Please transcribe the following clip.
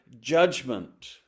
judgment